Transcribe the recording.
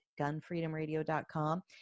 gunfreedomradio.com